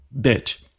bit